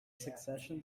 succession